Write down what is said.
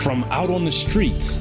from out on the streets